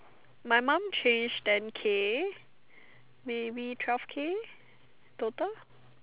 my mum changed ten K maybe twelve K total